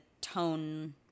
tone